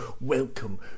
welcome